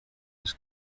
his